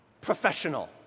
professional